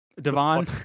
Devon